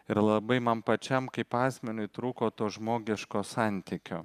ir labai man pačiam kaip asmeniui trūko to žmogiško santykio